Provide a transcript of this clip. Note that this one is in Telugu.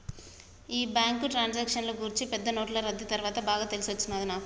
ఈ బ్యాంకు ట్రాన్సాక్షన్ల గూర్చి పెద్ద నోట్లు రద్దీ తర్వాత బాగా తెలిసొచ్చినది నాకు